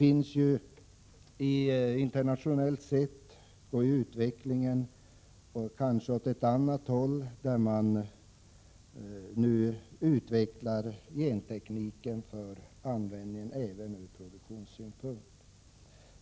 Internationellt går utvecklingen kanske åt annat håll, då man använder gentekniken även i produktionssyfte.